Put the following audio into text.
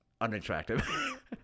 unattractive